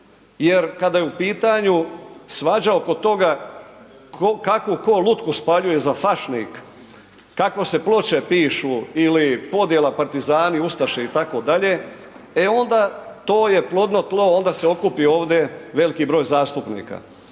jer kada je u pitanju svađa oko toga kakvu ko lutku spaljuje za fašnik, kako se ploče pišu ili podjela partizani-ustaše itd., e onda to je plodno tlo, onda se okupi ovdje veliki broj zastupnika